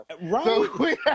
Right